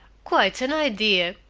quite an idea!